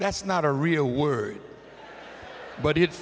that's not a real word but it